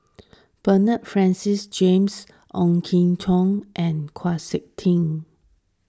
Bernard Francis James Ong Jin Teong and Chau Sik Ting